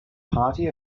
party